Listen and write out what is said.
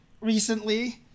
recently